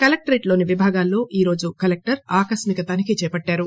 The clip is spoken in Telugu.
కలెక్టరేట్ లోని విభాగాల్లో ఈ రోజు కలెక్టర్ ఆకస్మిక తనిఖీ చేశారు